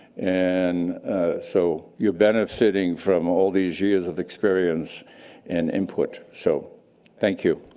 and so you're benefiting from all these years of experience and input, so thank you.